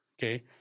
Okay